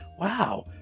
Wow